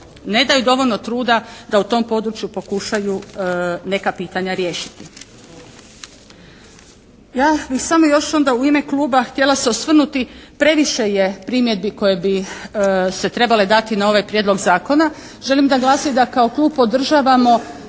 ne daju dovoljno truda da u tom području pokušaju neka pitanja riješiti. Ja bih samo još onda u ime Kluba htjela se osvrnuti, previše je primjedbi koje bi se trebale dati na ovaj Prijedlog zakona. Želim da glasi da kao Klub podržavamo